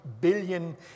billion